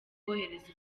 wohereza